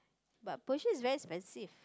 but Persian is very expensive